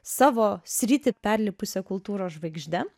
savo sritį perlipusia kultūros žvaigžde